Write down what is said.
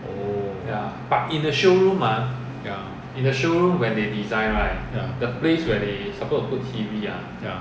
oh ya ya ya